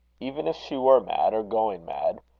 even if she were mad, or going mad,